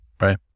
Right